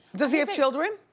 does he have children?